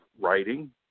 writing